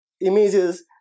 images